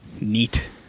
Neat